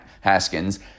Haskins